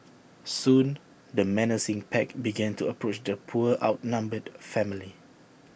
soon the menacing pack began to approach the poor outnumbered family